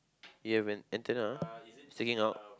you have an antenna sticking out